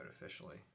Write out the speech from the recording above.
officially